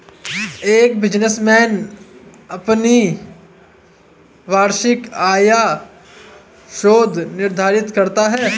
एक बिजनेसमैन अपनी वार्षिक आय खुद निर्धारित करता है